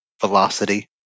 velocity